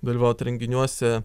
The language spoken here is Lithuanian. dalyvauti renginiuose